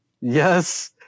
Yes